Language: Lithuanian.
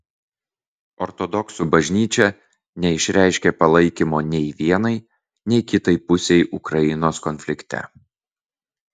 ortodoksų bažnyčia neišreiškė palaikymo nei vienai nei kitai pusei ukrainos konflikte